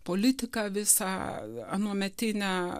politiką visą anuometinę